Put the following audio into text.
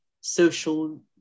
social